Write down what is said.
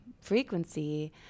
frequency